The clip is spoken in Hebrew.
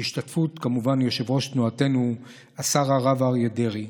כמובן בהשתתפות יושב-ראש תנועתנו השר הרב אריה דרעי,